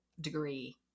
degree